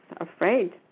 afraid